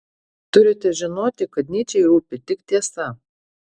turite žinoti kad nyčei rūpi tik tiesa